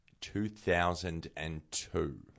2002